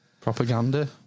propaganda